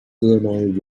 illinois